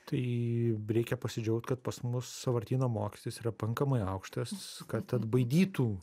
tai reikia pasidžiaugt kad pas mus sąvartyno mokestis yra pakankamai aukštas kad atbaidytų